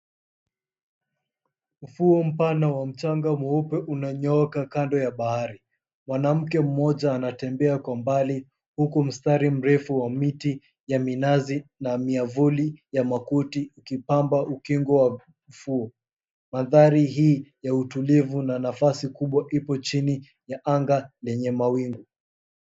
Ufuo mpana wa mchanga mweupe unanyooka kando ya bahari. Mwanamke mmoja anatembea ako mbali, huku mstari mrefu wa miti ya minazi na miavuli ya makuti ikipamba ukingo wa ufuo. Mandhari hii ya utulivu na nafasi kubwa, ipo chini ya anga lenye mawingu.